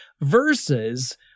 Versus